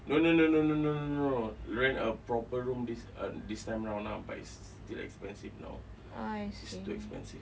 no no no no no no no no no rent a proper room this uh this time round lah but it's still expensive now is too expensive